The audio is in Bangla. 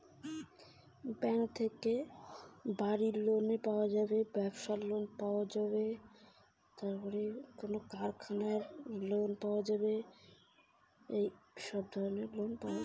কিসের কিসের জন্যে লোন পাওয়া যাবে ব্যাংক থাকি?